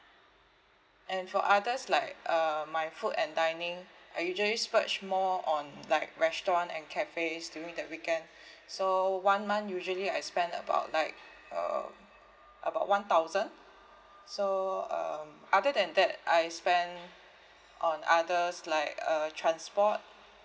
and for others like uh my food and dining I usually splurge more on like restaurant and cafes during the weekend so one month usually I spend about like um about one thousand so um other than that I spend on others like uh transport